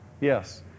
Yes